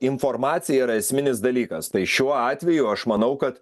informacija yra esminis dalykas tai šiuo atveju aš manau kad